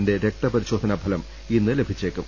വിന്റെ രക്തപരിശോധനാഫലം ഇന്ന് ലഭിച്ചേക്കും